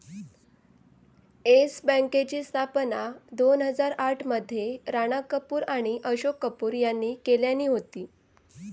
yes बँकेची स्थापना दोन हजार आठ मध्ये राणा कपूर आणि अशोक कपूर यांनी केल्यानी होती